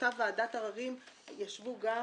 ובאותה ועדת עררים ישבו גם